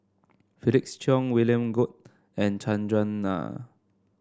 Felix Cheong William Goode and Chandran Nair